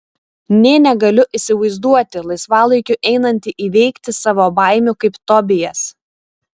nė negaliu įsivaizduoti laisvalaikiu einanti įveikti savo baimių kaip tobijas